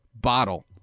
bottle